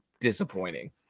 disappointing